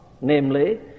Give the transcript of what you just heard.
namely